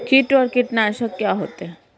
कीट और कीटनाशक क्या होते हैं?